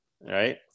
Right